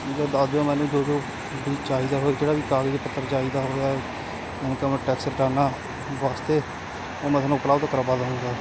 ਠੀਕ ਹੈ ਦੱਸ ਦਿਓ ਮੈਨੂੰ ਜੋ ਜੋ ਵੀ ਚਾਹੀਦਾ ਹੋਇਆ ਜਿਹੜਾ ਵੀ ਕਾਗਜ਼ ਪੱਤਰ ਚਾਹੀਦਾ ਹੋਇਆ ਇਨਕਮ ਟੈਕਸ ਰਿਟਰਨਾਂ ਵਾਸਤੇ ਉਹ ਮੈਂ ਤੁਹਾਨੂੰ ਉਪਲਬਧ ਕਰਵਾ ਦਊਂਗਾ